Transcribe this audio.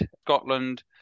Scotland